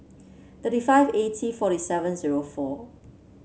thirty five eighty forty seven zero four